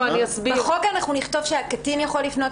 בחוק אנחנו נכתוב שהקטין יכול לפנות,